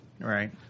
Right